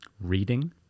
reading